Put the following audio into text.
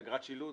אגרת שילוט,